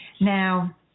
Now